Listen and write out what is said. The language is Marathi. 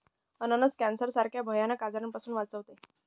अननस कॅन्सर सारख्या भयानक आजारापासून वाचवते